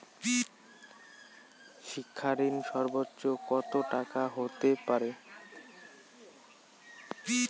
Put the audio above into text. শিক্ষা ঋণ সর্বোচ্চ কত টাকার হতে পারে?